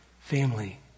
family